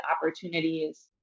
opportunities